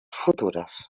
futures